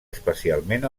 especialment